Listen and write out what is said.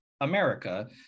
America